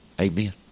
Amen